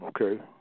Okay